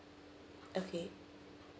okay